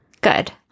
Good